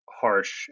harsh